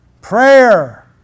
prayer